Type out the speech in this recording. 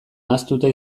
ahaztuta